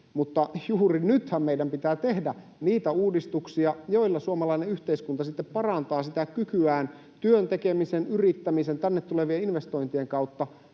Mutta juuri nythän meidän pitää tehdä niitä uudistuksia, joilla suomalainen yhteiskunta sitten parantaa kykyään työn tekemisen, yrittämisen ja tänne tulevien investointien kautta